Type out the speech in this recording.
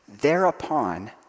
Thereupon